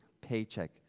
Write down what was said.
paycheck